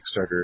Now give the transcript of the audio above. Kickstarter